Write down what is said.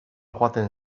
joaten